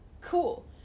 cool